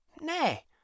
Nay